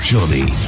Johnny